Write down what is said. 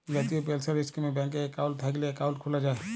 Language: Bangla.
জাতীয় পেলসল ইস্কিমে ব্যাংকে একাউল্ট থ্যাইকলে একাউল্ট খ্যুলা যায়